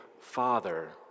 father